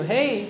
Hey